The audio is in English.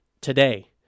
today